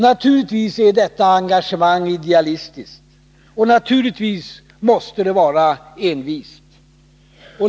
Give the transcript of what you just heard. Naturligtvis är detta engagemang idealistiskt, och naturligtvis måste det vara envist.